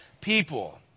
people